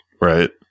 Right